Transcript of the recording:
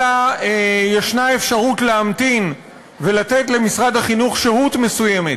אלא יש אפשרות להמתין ולתת למשרד החינוך שהות מסוימת